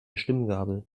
stimmgabel